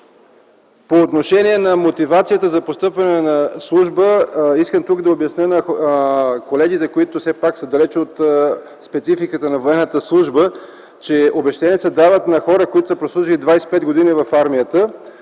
по отношение на мотивацията за постъпване на служба, искам тук да обясня на колегите, които все пак са далече от спецификата на военната служба, че обезщетение се дава на хора, които са прослужили 25 години в армията.